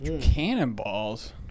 cannonballs